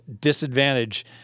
disadvantage